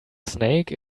snake